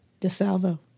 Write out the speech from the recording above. DeSalvo